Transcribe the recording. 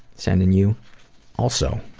sending you also